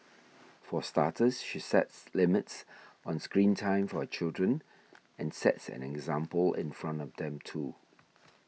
for starters she sets limits on screen time for her children and sets an example in front of them too